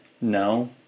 No